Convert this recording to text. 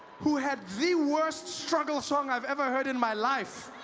who had the worst struggle song i have ever heard in my life